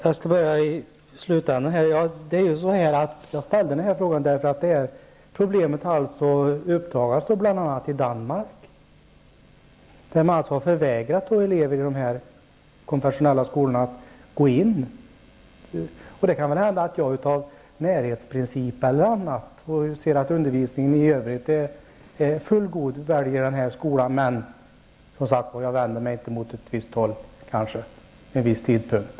Herr talman! Jag ställde frågan därför att det här problemet har uppdagats i bl.a. Danmark, där man alltså förvägrat elever att gå i de konfessionella skolorna. Det kan hända att jag av närhetsprincip eller därför att jag tycker att undervisningen i skolan i övrigt är fullgod väljer denna skola, men jag vänder mig som sagt kanske inte mot ett visst håll vid en viss tidpunkt.